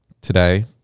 today